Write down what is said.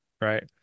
right